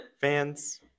Fans